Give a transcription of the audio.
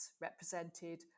represented